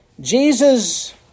Jesus